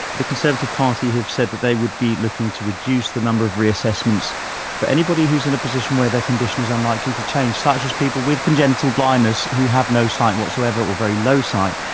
the conservative party have said that they would be looking to reduce the number of re-assessments for anybody who's in a position where their condition is unlikely to change, such as people with congenital blindness who have no sight whatever or very low sight.